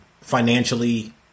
financially